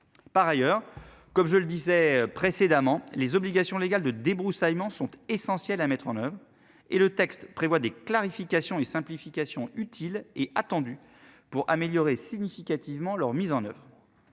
Par ailleurs, comme je le disais précédemment, les obligations légales de débroussaillement sont essentiels à mettre en oeuvre et le texte prévoit des clarifications et simplifications utiles et attendus pour améliorer significativement leur mise en oeuvre.